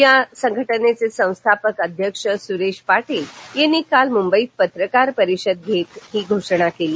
या संघटनेचे संस्थापक अध्यक्ष सुरेश पाटील यांनी काल मुंबईत पत्रकार परिषद घेत ही घोषणा केली